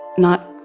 not,